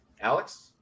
Alex